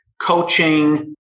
coaching